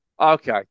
Okay